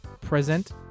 present